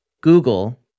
google